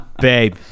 Babe